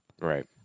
Right